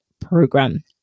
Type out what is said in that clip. program